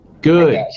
good